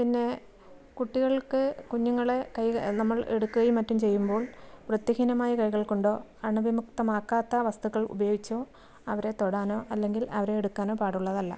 പിന്നെ കുട്ടികൾക്ക് കുഞ്ഞുങ്ങളെ നമ്മൾ എടുക്കുകയും മറ്റും ചെയ്യുമ്പോൾ വൃത്തിഹീനമായ കൈകൾ കൊണ്ടോ അണുവിമുക്തമാക്കാത്ത വസ്തുക്കൾ ഉപയോഗിച്ചോ അവരെ തൊടാനോ അല്ലെങ്കിൽ അവരെ എടുക്കാനോ പാടുള്ളതല്ല